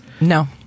No